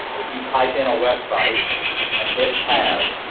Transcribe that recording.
if you type in a website and hit tab,